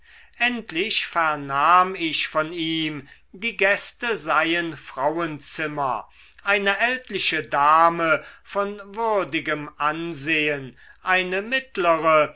endlich vernahm ich von ihm die gäste seien frauenzimmer eine ältliche dame von würdigem ansehen eine mittlere